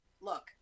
look